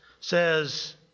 says